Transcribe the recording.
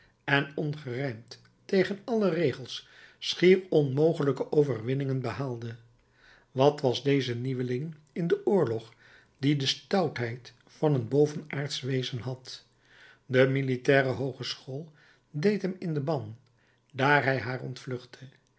en ongerijmd tegen alle regels schier onmogelijke overwinningen behaalde wat was deze nieuweling in den oorlog die de stoutheid van een bovenaardsch wezen had de militaire hoogeschool deed hem in den ban daar hij haar ontvluchtte